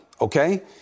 okay